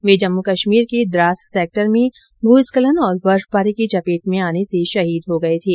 वे जम्मू कश्मीर के द्वास सेक्टर में भूस्खलन और बर्फबारी की चपेट में आने से शहीद हो गये थे